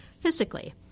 physically